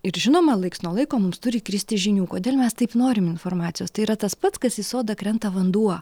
ir žinoma laiks nuo laiko mums turi įkristi žinių kodėl mes taip norim informacijos tai yra tas pats kas į sodą krenta vanduo